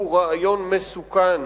הוא רעיון מסוכן.